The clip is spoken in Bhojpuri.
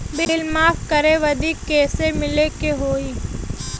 बिल माफ करे बदी कैसे मिले के होई?